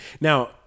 now